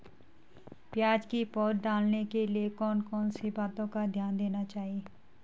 प्याज़ की पौध डालने के लिए कौन कौन सी बातों का ध्यान देना चाहिए?